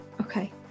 Okay